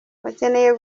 bakeneye